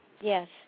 Yes